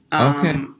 Okay